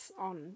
on